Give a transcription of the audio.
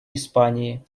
испании